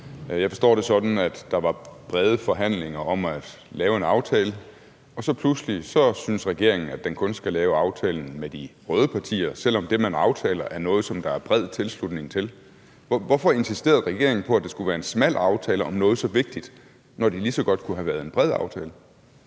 Jeg forstår det sådan, at der var brede forhandlinger om at lave en aftale, og så pludselig synes regeringen, at den kun skal lave aftalen med de røde partier, selv om det, man aftaler, er noget, der er bred tilslutning til. Hvorfor insisterede regeringen på, at det skulle være en smal aftale om noget så vigtigt, når det lige så godt kunne have været en bred aftale?